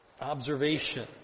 observation